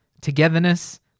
Togetherness